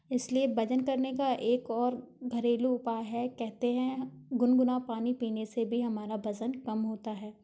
इसलिए वज़न करने का एक और घरेलू उपाय है कहते हैं गुनगुना पानी पीने से भी हमारा वज़न कम होता है